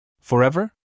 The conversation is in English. Forever